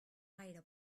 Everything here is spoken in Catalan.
gaire